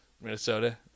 Minnesota